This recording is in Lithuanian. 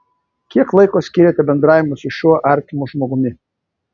kiek laiko skiriate bendravimui su šiuo artimu žmogumi